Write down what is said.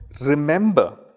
remember